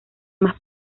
más